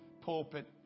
pulpit